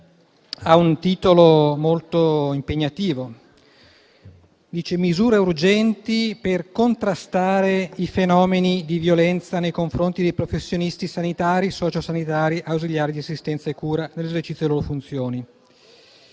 1° ottobre 2024, n. 137, recante misure urgenti per contrastare i fenomeni di violenza nei confronti dei professionisti sanitari, socio-sanitari, ausiliari e di assistenza e cura nell'esercizio delle loro funzioni